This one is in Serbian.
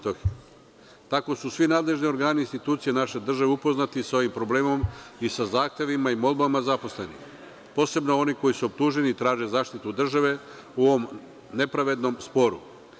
Tako su svi nadležni organi i institucije naše države upoznati sa ovim problemom i sa zahtevima i molbama zaposlenih, posebno oni koji su optuženi i traže zaštitu države u ovom nepravednom sporu.